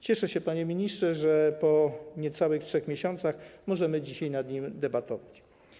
Cieszę się, panie ministrze, że po niecałych 3 miesiącach możemy dzisiaj nad nim debatować.